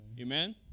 Amen